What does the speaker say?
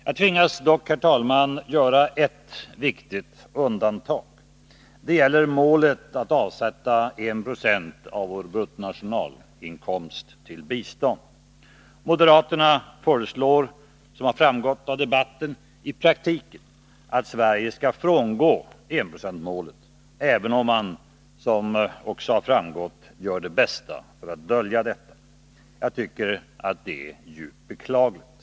Jag tvingas dock, herr talman, göra ett viktigt undantag. Det gäller målet att avsätta 1 70 av vår bruttonationalinkomst till bistånd. Moderaterna föreslår, som har framgått av debatten, i praktiken att Sverige skall frångå enprocentsmålet, även om de, som också har framgått av Nr 138 debatten, gör det bästa för att dölja detta. Onsdagen den Jag tycker att detta är djupt beklagligt.